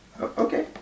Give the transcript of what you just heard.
Okay